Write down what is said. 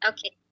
Okay